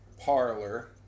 parlor